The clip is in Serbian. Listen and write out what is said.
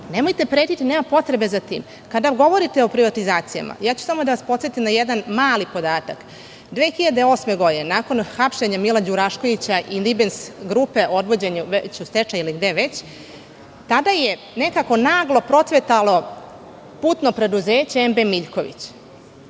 Nemojte pretiti, nema potrebe za tim. Kada nam govorite o privatizacijama, samo ću da vas podsetim na jedan mali podatak. Godine 2008, nakon hapšenja Mila Đuraškovića, "Nibens grupa", odvedene već u stečaj ili gde već, tada je nekako naglo procvetalo putno preduzeće "MB Miljković",